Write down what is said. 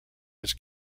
his